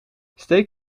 steek